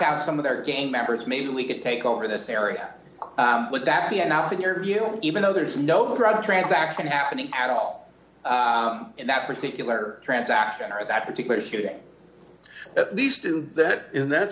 out some of their game members maybe we could take over this area would that be enough in your hero even though there's no pride transaction happening at all in that particular transaction or that particular shooting at least in that in that